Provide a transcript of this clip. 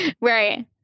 Right